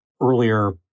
Earlier